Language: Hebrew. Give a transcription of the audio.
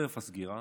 חרף הסגירה,